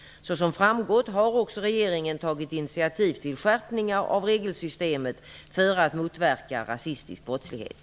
Såsom framgått har också regeringen tagit initiativ till skärpningar av regelsystemet för att motverka rasistisk brottslighet.